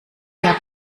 der